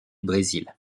brésil